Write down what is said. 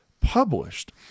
published